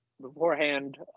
beforehand